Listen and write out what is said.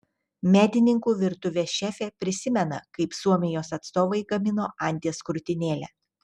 medininkų virtuvės šefė prisimena kaip suomijos atstovai gamino anties krūtinėlę